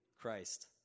Christ